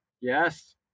Yes